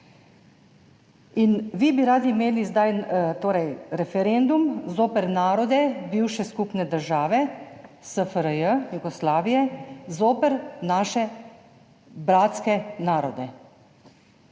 Vi bi radi imeli zdaj torej referendum zoper narode bivše skupne države SFRJ, Jugoslavije, zoper naše bratske narode.